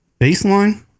Baseline